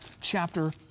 chapter